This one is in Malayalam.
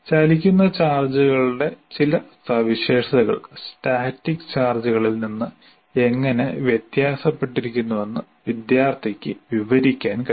ചലിക്കുന്ന ചാർജുകളുടെ ചില സവിശേഷതകൾ സ്റ്റാറ്റിക് ചാർജുകളിൽ നിന്ന് എങ്ങനെ വ്യത്യാസപ്പെട്ടിരിക്കുന്നുവെന്ന് വിദ്യാർത്ഥിക്ക് വിവരിക്കാൻ കഴിയും